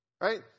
right